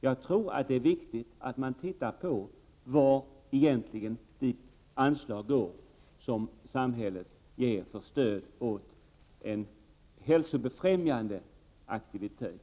Jag tror att det är viktigt att man tittar på vart de anslag egentligen går som samhället ger som stöd åt en hälsobefrämjande aktivitet.